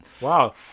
Wow